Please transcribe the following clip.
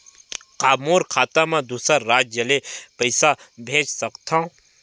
का मोर खाता म दूसरा राज्य ले पईसा भेज सकथव?